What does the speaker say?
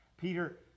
Peter